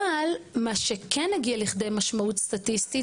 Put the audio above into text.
אבל מה שכן הגיע לכדי משמעות סטטיסטית,